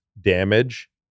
damage